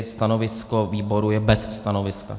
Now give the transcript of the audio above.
Stanovisko výboru je bez stanoviska.